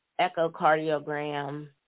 echocardiogram